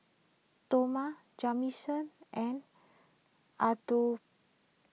Toma Jamison and Adolph